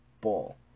ball